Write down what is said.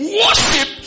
worship